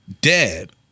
dead